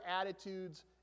attitudes